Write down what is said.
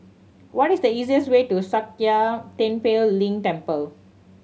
what is the easiest way to Sakya Tenphel Ling Temple